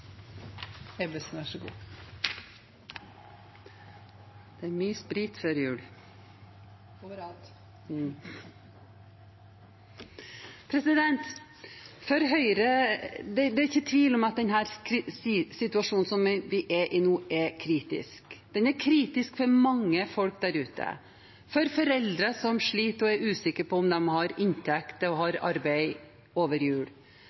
prisene oppover, så høyt at folk flest ikke har råd til å reise. Det skuespillet fortjener ikke Norwegian. Det er ikke tvil om at den situasjonen vi er i nå, er kritisk. Den er kritisk for mange folk der ute: for foreldre som sliter og er usikre på om de har inntekter og arbeid over jul,